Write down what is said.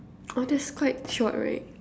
oh that's quite short right